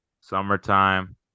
summertime